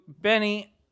Benny